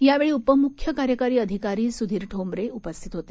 यावेळी उपमुख्य कार्यकारी अधिकारी सुधीर ठोंबरे हेही उपस्थित होते